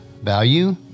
value